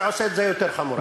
זה עושה את זה יותר חמור.